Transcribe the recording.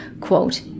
quote